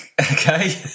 Okay